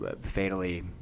fatally